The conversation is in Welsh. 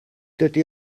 dydy